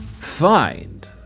Find